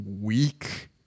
weak